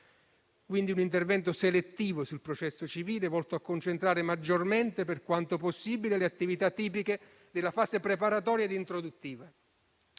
di un intervento selettivo sul processo civile, volto a concentrare maggiormente, per quanto possibile, le attività tipiche della fase preparatoria ed introduttiva,